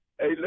Hey